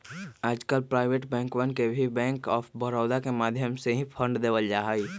आजकल प्राइवेट बैंकवन के भी बैंक आफ बडौदा के माध्यम से ही फंड देवल जाहई